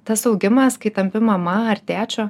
tas augimas kai tampi mama ar tėčiu